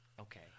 Okay